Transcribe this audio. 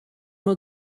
will